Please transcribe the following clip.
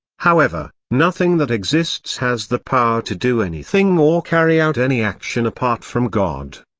however, nothing that exists has the power to do anything or carry out any action apart from god.